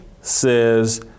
says –